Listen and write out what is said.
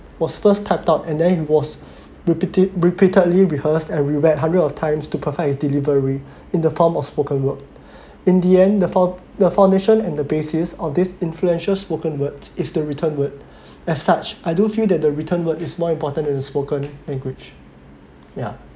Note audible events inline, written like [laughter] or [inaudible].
was first typed out and then he was [breath] repeated repeatedly rehearsed and reread hundreds of times to perfect his delivery in the form of spoken word [breath] in the end the fou~ the foundation and the basis [breath] of these influential spoken word is the written word [breath] as such I don't feel that the written word is more important than spoken language ya